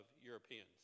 Europeans